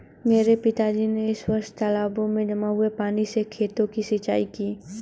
मेरे पिताजी ने इस वर्ष तालाबों में जमा हुए पानी से खेतों की सिंचाई की